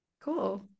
Cool